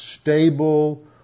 stable